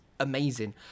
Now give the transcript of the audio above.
Amazing